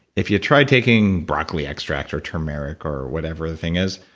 if you try taking broccoli extract or turmeric or whatever the thing is